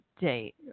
date